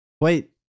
Wait